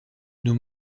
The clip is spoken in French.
nous